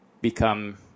become